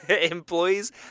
employees